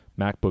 macbook